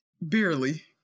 Barely